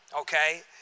Okay